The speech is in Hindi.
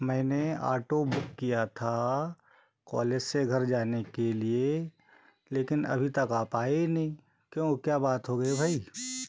मैंने आटो बुक किया था कॉलेज से घर जाने के लिए लेकिन अभी तक आप आए ही नहीं क्यों क्या बात हो गई भाई